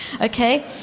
Okay